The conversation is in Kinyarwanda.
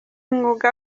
mwuga